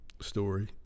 story